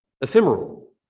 ephemeral